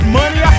money